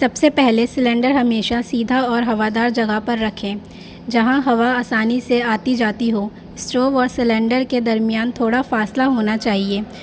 سب سے پہلے سلینڈر ہمیشہ سیدھا اور ہوا دار جگہ پر رکھیں جہاں ہوا آسانی سے آتی جاتی ہو اسٹوو اور سلینڈر کے درمیان تھوڑا فاصلہ ہونا چاہیے